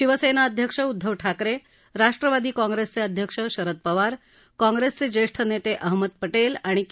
शिवसेना अध्यक्ष उद्दव ठाकरे राष्ट्रवादी काँग्रेसचे अध्यक्ष शरद पवार काँग्रेसचे ज्येष्ठ नेते अहमद पटेल आणि के